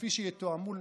כפי שיתואמו,